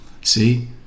See